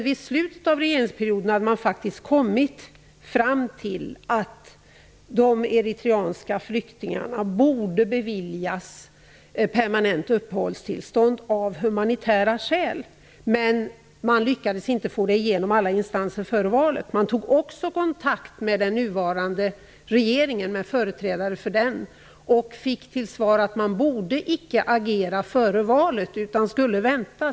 Vid slutet av sin regeringsperiod hade man faktiskt kommit fram till att de eritreanska flyktingarna borde beviljas permanent uppehållstillstånd av humanitära skäl, men man lyckades inte få igenom detta i alla instanser före valet. Man tog också kontakter med företrädare för den nuvarande regeringen och fick till svar att man icke borde agera före valet.